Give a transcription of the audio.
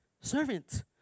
servant